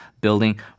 building